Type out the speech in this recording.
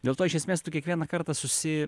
dėl to iš esmės tu kiekvieną kartą susi